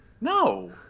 No